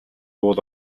уул